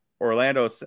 Orlando